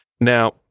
Now